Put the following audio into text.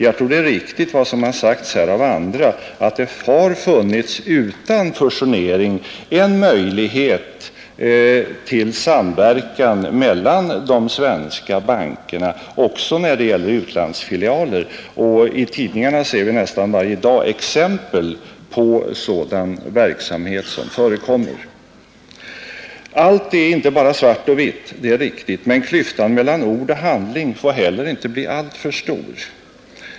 Jag tror att det som sagts av andra är riktigt, nämligen att det utan fusionering funnits en möjlighet till samverkan mellan de svenska bankerna också när det gäller utlandsfilialer. I tidningarna ser vi nästan varje dag exempel på sådan verksamhet. Allt är inte bara svart och vitt, det är riktigt, men klyftan mellan ord och handling får heller inte bli alltför stor.